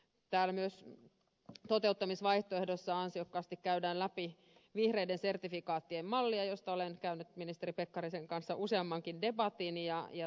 täällä myös toteuttamisvaihtoehdoissa ansiokkaasti käydään läpi vihreiden sertifikaattien mallia josta olen käynyt ministeri pekkarisen kanssa useammankin debatin